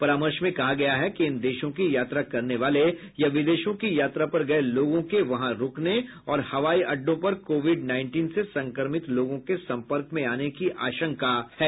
परामर्श में कहा गया है कि इन देशों की यात्रा करने वाले या विदेशों की यात्रा पर गए लोगों के वहां रुकने और हवाई अड्डों पर कोविड नाईनटीन से संक्रमित लोगों के सम्पर्क में आने की आशंका है